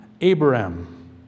Abraham